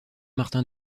martin